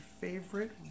Favorite